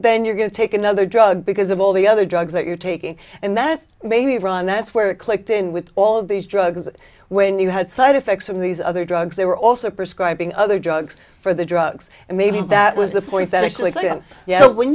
then you're going to take another drug because of all the other drugs that you're taking and then maybe run that's where it clicked in with all of these drugs when you had side effects from these other drugs they were also prescribing other drugs for the drugs and maybe that was the